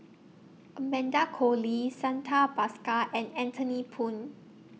Amanda Koe Lee Santha Bhaskar and Anthony Poon